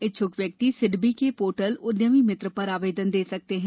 इच्छुक व्यक्ति सिडबी के पोर्टल उद्यमी मित्र पर आवेदन दे सकते हैं